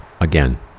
again